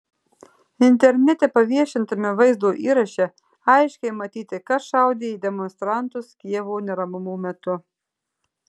internete paviešintame vaizdo įraše aiškiai matyti kas šaudė į demonstrantus kijevo neramumų metu